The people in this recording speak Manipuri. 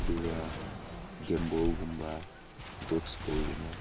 ꯑꯗꯨꯒ ꯒꯦꯝ ꯕꯣꯜꯒꯨꯝꯕ ꯗꯨꯠꯁ ꯕꯣꯜꯒꯨꯝꯕ